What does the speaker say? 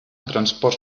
transports